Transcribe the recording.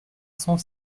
cent